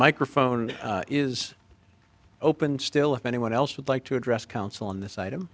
microphone is open still if anyone else would like to address council on this item